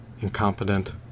incompetent